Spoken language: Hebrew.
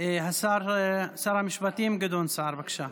שר המשפטים גדעון סער, בבקשה.